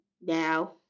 Now